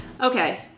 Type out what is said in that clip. okay